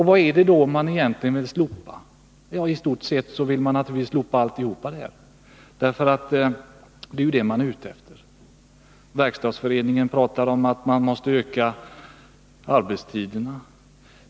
Vad är det då man egentligen vill slopa? Jo, i stort sett alltihop. Det är ju det man är ute efter. Verkstadsföreningen talar om att arbetstiden måste ökas.